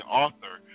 author